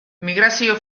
migrazio